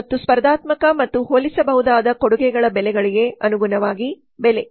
ಮತ್ತು ಸ್ಪರ್ಧಾತ್ಮಕ ಮತ್ತು ಹೋಲಿಸಬಹುದಾದ ಕೊಡುಗೆಗಳ ಬೆಲೆಗಳಿಗೆ ಅನುಗುಣವಾಗಿ ಬೆಲೆ